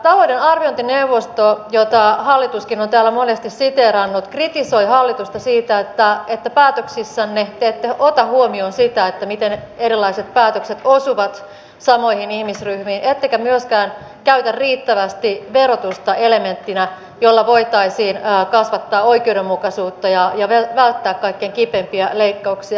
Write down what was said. talouden arviointineuvosto jota hallituskin on täällä monesti siteerannut kritisoi hallitusta siitä että päätöksissänne te ette ota huomioon sitä miten erilaiset päätökset osuvat samoihin ihmisryhmiin ettekä myöskään käytä riittävästi verotusta elementtinä jolla voitaisiin kasvattaa oikeudenmukaisuutta ja välttää kaikkein kipeimpiä leikkauksia